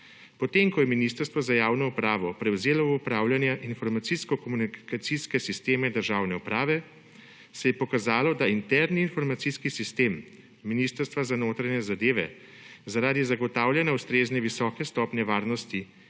Potem ko je Ministrstvo za javno upravo prevzelo v upravljanje informacijsko-komunikacijske sisteme državne uprave, se je pokazalo, da interni informacijski sistem Ministrstva za notranje zadeve zaradi zagotavljanja ustrezne visoke stopnje varnosti